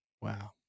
wow